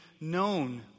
known